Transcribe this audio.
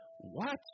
What